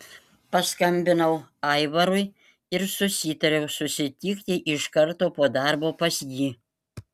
paskambinau aivarui ir susitariau susitikti iš karto po darbo pas jį